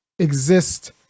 exist